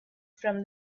from